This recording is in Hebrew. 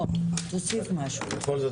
בכל זאת,